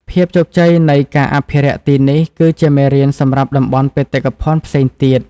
ភាពជោគជ័យនៃការអភិរក្សទីនេះ គឺជាមេរៀនសម្រាប់តំបន់បេតិកភណ្ឌផ្សេងទៀត។